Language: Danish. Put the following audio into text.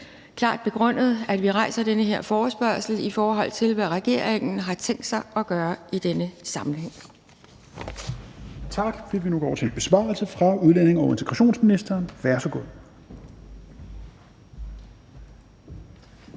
klart begrundet, at vi rejser den her forespørgsel, i forhold til hvad regeringen har tænkt sig gøre i denne sammenhæng.